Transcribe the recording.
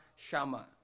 Shama